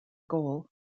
goal